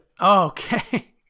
Okay